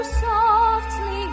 softly